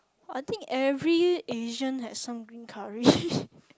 I think every asian has some green curry